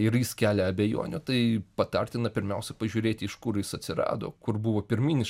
ir jis kelia abejonių tai patartina pirmiausia pažiūrėti iš kur jis atsirado kur buvo pirminis